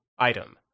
item